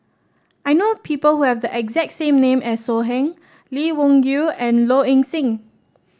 I know people who have the exact name as So Heng Lee Wung Yew and Low Ing Sing